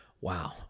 Wow